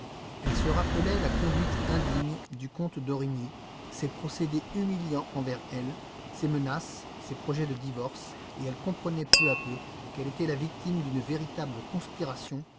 elle se rappelait la conduite indigne du comte d'origny ses procédés humiliants envers elle ses menaces ses projets de divorce et elle comprenait peu à peu qu'elle était la victime d'une véritable conspiration